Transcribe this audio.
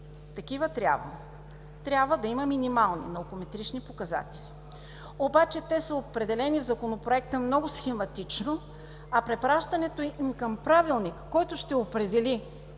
Такива трябват. Трябва да има минимални наукометрични показатели. Обаче те са определени в Законопроекта много схематично, а препращането им към правилник, който ще определи